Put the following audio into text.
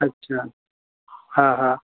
अछा हा हा